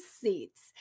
seats